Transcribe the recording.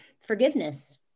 forgiveness